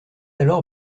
alors